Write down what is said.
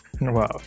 Wow